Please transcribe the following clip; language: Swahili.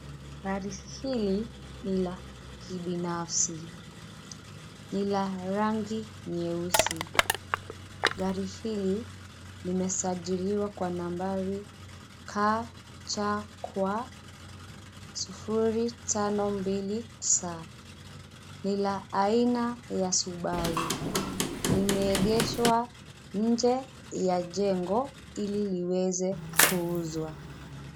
Gari hili ni la kibinafsi ni la rangi nyeusi. Gari hili limesajiliwa kwa nambari KCQ 052X. Ni la aina ya subaru limeegeshwa nje ya jengo ili liweze kuuzwa.